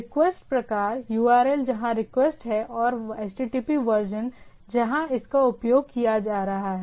request प्रकार URL जहाँ request है और HTTP वर्जन जहाँ इसका उपयोग किया जा रहा है